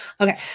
Okay